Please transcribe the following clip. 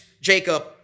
Jacob